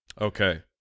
okay